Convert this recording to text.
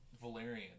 Valerian